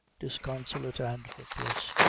disconsolate, and hopeless.